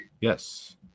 yes